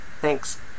Thanks